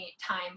time